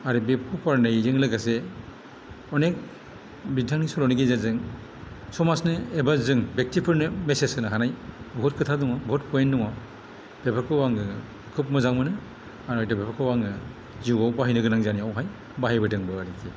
आरो बे फरायनायजों लोगोसे अनेक बिथांनि सल'नि गेजेरजों समाजनि एबा जों ब्यक्तिफोरनो मेसेज होनो हानाय बहुत खोथा दङ बहुत प'इन्ट दङ बेफोरखौ आङो खुब मोजां मोनो आरो आयदाफोरखौबो जिउआव बाहायनांगौ जानायावहाय बाहायबोदोंबो आरोखि